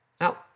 Now